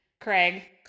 Craig